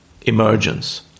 emergence